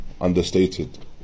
understated